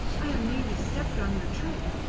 i have nearly stepped on your tray.